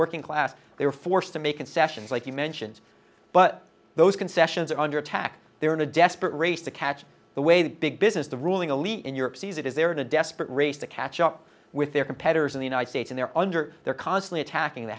working class they were forced to make concessions like you mentioned but those concessions are under attack they are in a desperate race to catch the way that big business the ruling elite in europe sees it is they're in a desperate race to catch up with their competitors in the united states and they're under there constantly attacking the